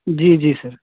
जी जी सर